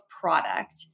product